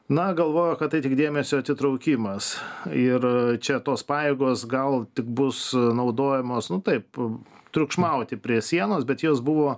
na galvojo kad tai tik dėmesio atitraukimas ir čia tos pajėgos gal tik bus naudojamos nu taip triukšmauti prie sienos bet jos buvo